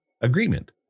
agreement